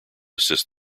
assist